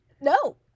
No